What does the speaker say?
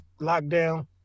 lockdown